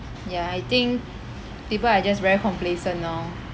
ya I think people are just very complacent now